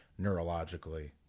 neurologically